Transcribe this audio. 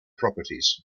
properties